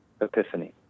epiphany